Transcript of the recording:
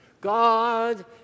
God